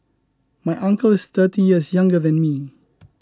my uncle is thirty years younger than me